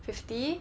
fifty